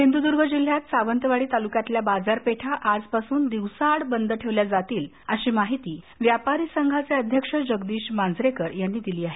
सिंधूद्र्ग जिल्ह्यात सावंतवाडी तालुक्यातल्या बाजारपेठा आजपासून दिवसाआड बंद ठेवल्या जातील अशी माहिती व्यापारी संघाचे अध्यक्ष जगदीश मांजरेकर यांनी दिली आहे